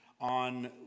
on